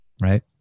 right